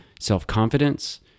self-confidence